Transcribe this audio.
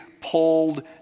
pulled